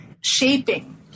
shaping